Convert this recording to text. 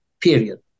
Period